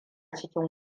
cikin